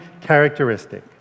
characteristic